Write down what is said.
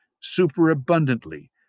superabundantly